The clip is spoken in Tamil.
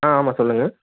ஆ ஆமாம் சொல்லுங்கள்